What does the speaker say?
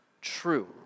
true